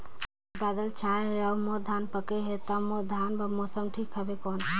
आज बादल छाय हे अउर मोर धान पके हे ता मोर धान बार मौसम ठीक हवय कौन?